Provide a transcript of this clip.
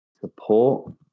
support